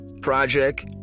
project